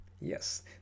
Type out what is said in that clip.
Yes